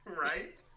Right